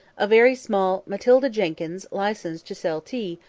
a very small matilda jenkyns, licensed to sell tea,